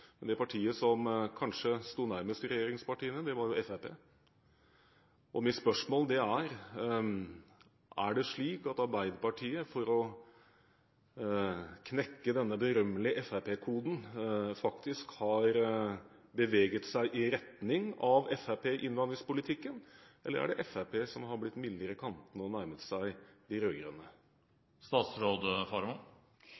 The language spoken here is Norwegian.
Det partiet som kanskje sto nærmest regjeringspartiene, var Fremskrittspartiet. Mitt spørsmål er: Er det slik at Arbeiderpartiet for å knekke denne berømmelige FrP-koden faktisk har beveget seg i retning av Fremskrittspartiet i innvandringspolitikken, eller er det Fremskrittspartiet som har blitt mildere i kantene og nærmet seg de